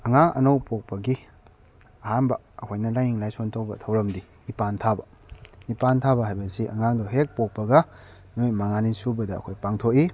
ꯑꯉꯥꯡ ꯑꯅꯧꯕ ꯄꯣꯛꯄꯒꯤ ꯑꯍꯥꯟꯕ ꯑꯩꯈꯣꯏꯅ ꯂꯥꯏꯅꯤꯡ ꯂꯥꯏꯁꯣꯟ ꯇꯧꯕ ꯊꯧꯔꯝꯗꯤ ꯏꯄꯥꯟ ꯊꯥꯕ ꯏꯄꯥꯟ ꯊꯥꯕ ꯍꯥꯏꯕꯁꯤ ꯑꯉꯥꯡꯗꯨ ꯍꯦꯛ ꯄꯣꯛꯄꯒ ꯅꯨꯃꯤꯠ ꯃꯉꯥꯅꯤ ꯁꯨꯕꯗ ꯑꯩꯈꯣꯏ ꯄꯥꯡꯊꯣꯛꯏ